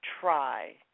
try